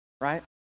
right